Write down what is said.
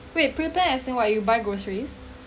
wait prepare as in what you buy groceries